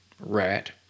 rat